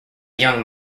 young